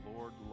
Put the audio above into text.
Lord